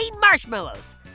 marshmallows